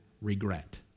regret